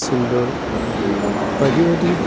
सिन्दुर बायदि बायदि